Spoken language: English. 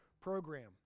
program